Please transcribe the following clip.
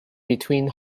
between